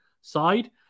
side